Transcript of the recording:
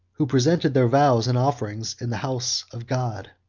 who presented their vows and offerings in the house of god.